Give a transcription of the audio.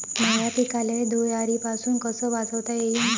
माह्या पिकाले धुयारीपासुन कस वाचवता येईन?